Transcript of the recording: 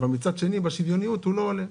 אבל בשוויוניות הוא לא עולה,